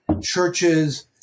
churches